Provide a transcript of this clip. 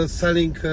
selling